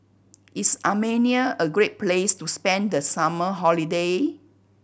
is Armenia a great place to spend the summer holiday